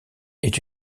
est